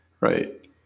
Right